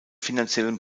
finanziellen